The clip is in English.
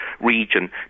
region